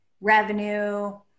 revenue